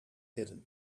hidden